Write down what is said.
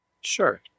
Sure